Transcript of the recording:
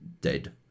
dead